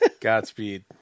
Godspeed